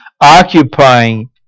Occupying